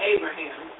Abraham